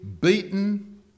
beaten